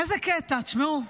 איזה קטע, תשמעו.